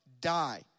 die